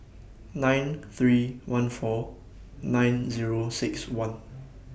nine three one four nine Zero six one